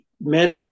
men